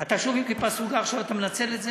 אתה שוב עם כיפה סרוגה, עכשיו אתה מנצל את זה?